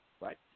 right